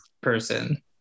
person